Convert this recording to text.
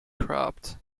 cropped